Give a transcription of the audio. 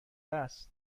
است